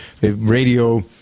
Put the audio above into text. radio